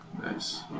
Nice